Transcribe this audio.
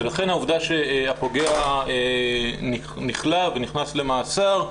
ולכן העובדה שהפוגע נכלא ונכנס למאסר,